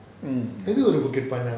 mm